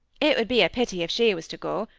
it would be a pity if she was to go.